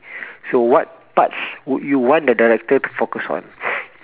so what parts would you want the director to focus on